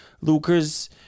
Lucas